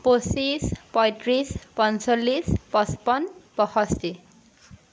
পঁচিছ পঁয়ত্ৰিছ পঞ্চল্লিছ পঁচপন্ন পয়ষষ্ঠি